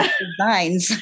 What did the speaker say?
designs